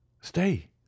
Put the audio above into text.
stay